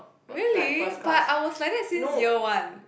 really but I was like that since year one